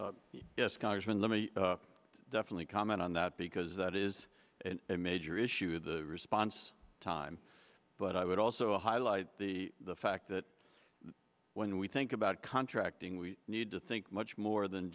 me definitely comment on that because that is a major issue the response time but i would also highlight the fact that when we think about contracting we need to think much more than